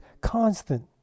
constant